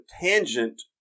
tangent